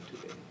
today